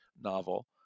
novel